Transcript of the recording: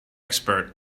expert